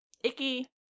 Icky